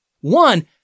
One